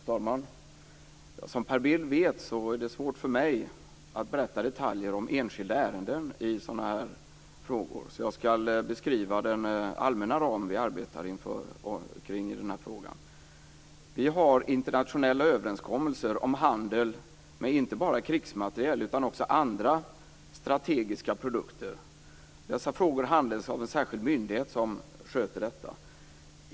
Fru talman! Som Per Bill vet är det svårt för mig att berätta detaljer om enskilda ärenden. Jag skall beskriva den allmänna ram vi arbetar inom i den här frågan. Vi har inte bara internationella överenskommelser om handel med krigsmateriel utan också när det gäller andra strategiska produkter. Dessa frågor handläggs av en särskild myndighet.